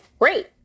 Great